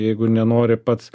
jeigu nenori pats